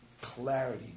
Clarity